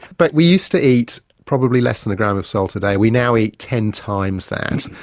but we used to eat probably less than a gram of salt a day. we now eat ten times that.